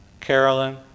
Carolyn